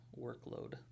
workload